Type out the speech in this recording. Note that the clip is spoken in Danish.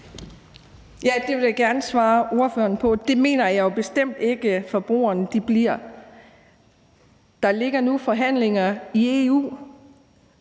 (M): Det vil jeg gerne svare spørgeren på. Det mener jeg bestemt ikke forbrugerne bliver. Der ligger nu forhandlinger i EU,